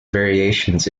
variations